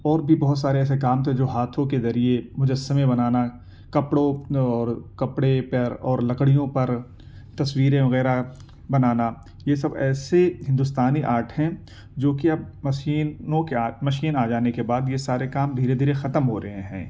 اور بھی بہت سارے ایسے کام تھے جو ہاتھوں کے ذریعے مجسمے بنانا کپڑوں اور کپڑے پر اور لکڑیوں پر تصویریں وغیرہ بنانا یہ سب ایسے ہندوستانی آرٹ ہیں جو کہ اب مشینوں کے مشین آ جانے کے بعد یہ سارے کام دھیرے دھیرے ختم ہو رہے ہیں